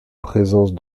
présence